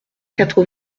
quatre